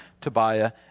Tobiah